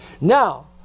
Now